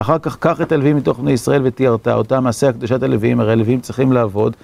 אחר כך, קח את הלווים מתוך בני ישראל, וטיהרת אותם, מעשה הקדשת הלווים, הרי הלווים צריכים לעבוד.